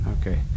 okay